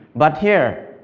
but here,